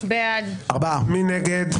מי נגד?